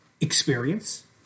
experience